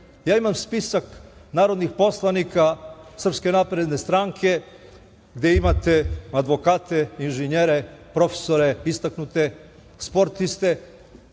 Ja imam spisak narodnih poslanika SNS, gde imate advokata, inženjere, profesore, istaknute sportiste